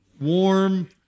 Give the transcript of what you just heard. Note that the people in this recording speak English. warm